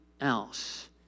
else